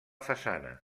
façana